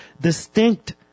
distinct